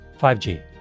5G